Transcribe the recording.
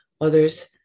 others